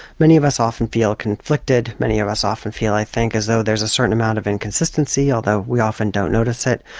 many of us often feel conflicted many of us often feel i think as though there's a certain amount of inconsistency although we often don't notice it.